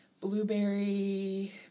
Blueberry